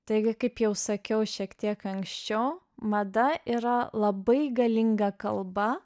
taigi kaip jau sakiau šiek tiek anksčiau mada yra labai galinga kalba